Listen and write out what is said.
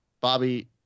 Bobby